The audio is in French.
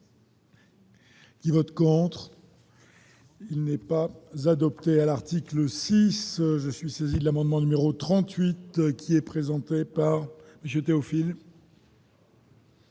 Qui vote contre. Il n'est pas adoptée à l'article 6 je suis saisi l'amendement numéro 38 qui est présenté par Monsieur Théophile.